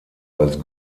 als